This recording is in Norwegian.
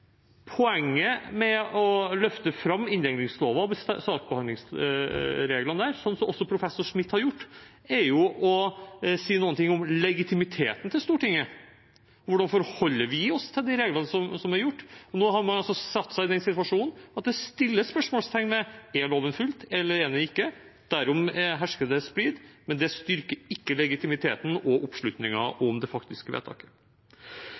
Poenget med å løfte fram inndelingsloven og saksbehandlingsreglene der, som også professor Smith har gjort, er jo å si noe om legitimiteten til Stortinget, hvordan vi forholder oss til de reglene som er. Nå har man altså satt seg i den situasjonen at det stilles spørsmål ved om loven er fulgt, eller om den ikke er det. Derom hersker det splid, men det styrker ikke legitimiteten til og oppslutningen om det faktiske vedtaket.